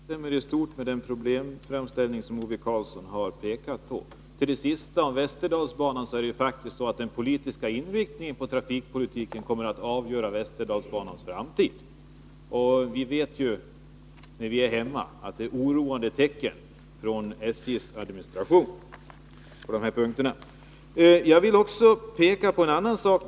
Fru talman! Jag instämmer i stort när det gäller den problemframställning som Ove Karlsson har lämnat. Till det sista han sade, om västerdalsbanan, kan jag lägga att inriktningen på trafikpolitiken kommer att avgöra västerdalsbanans framtid. Vi vet att — det har vi ju erfarit i vårt hemlän — det kommer oroande tecken från SJ:s administration på dessa punkter. Jag vill också peka på en annan sak.